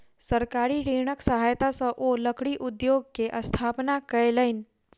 सरकारी ऋणक सहायता सॅ ओ लकड़ी उद्योग के स्थापना कयलैन